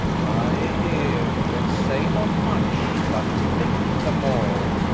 i heare, yet say not much, but thinke the more.